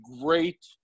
great